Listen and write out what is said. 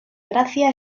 gracia